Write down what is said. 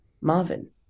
Marvin